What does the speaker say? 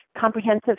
comprehensive